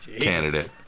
candidate